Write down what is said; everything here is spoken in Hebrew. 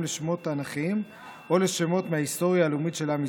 לשמות תנ"כיים או לשמות מההיסטוריה הלאומית של עם ישראל.